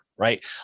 right